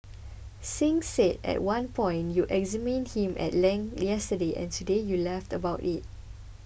Singh said at one point you examined him at length yesterday and today you laugh about it